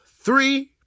three